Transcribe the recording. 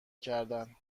کردن